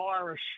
Irish